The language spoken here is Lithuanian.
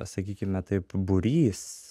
sakykime taip būrys